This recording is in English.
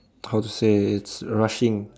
how to say it's rushing